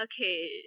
Okay